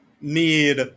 need